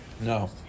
No